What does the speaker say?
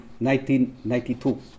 1992